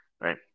Right